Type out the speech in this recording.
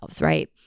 right